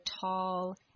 tall